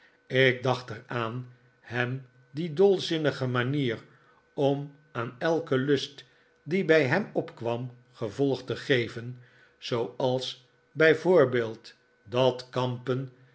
ik dacht er aan hem die dolzinnige manier om aan elken lust die bij hem opkwam gevolg te geven zooals bij voorbeeld dat kampen